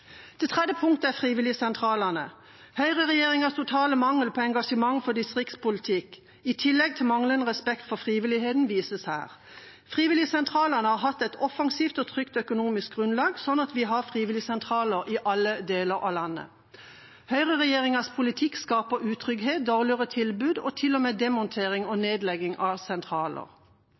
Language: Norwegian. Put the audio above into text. Det tredje punktet er frivilligsentralene: Høyreregjeringas totale mangel på engasjement for distriktspolitikk, i tillegg til manglende respekt for frivilligheten, vises her. Frivilligsentralene har hatt et offensivt og trygt økonomisk grunnlag, slik at vi har frivilligsentraler i alle deler av landet. Høyreregjeringas politikk skaper utrygghet, dårligere tilbud og til og med demontering og nedlegging av sentraler,